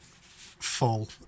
Full